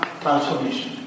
Transformation